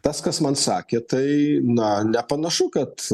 tas kas man sakė tai na nepanašu kad